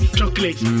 Chocolate